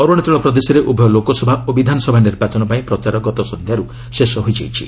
ଅରୁଣାଚଳ ପ୍ରଦେଶରେ ଉଭୟ ଲୋକସଭା ଓ ବିଧାନସଭା ନିର୍ବାଚନ ପାଇଁ ପ୍ରଚାର ଗତ ସନ୍ଧ୍ୟାରୁ ଶେଷ ହୋଇଛି